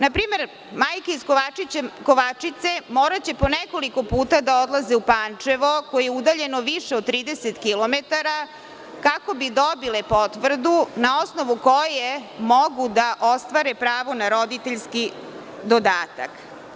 Na primer, majke iz Kovačice moraće po nekoliko puta da odlaze u Pančevo, koje je udaljeno više od 30 kilometara kako bi dobile potvrdu na osnovu koje mogu da ostvare pravo na roditeljski dodatak.